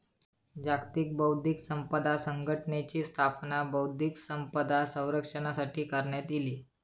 जागतिक बौध्दिक संपदा संघटनेची स्थापना बौध्दिक संपदा संरक्षणासाठी करण्यात इली